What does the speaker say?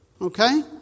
Okay